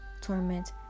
torment